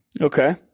Okay